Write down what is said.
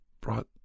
brought